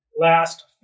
last